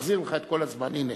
אחזיר לך את כל הזמן, הנה.